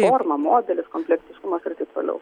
forma modelis komplektiškumas ir taip toliau